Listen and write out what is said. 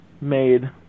made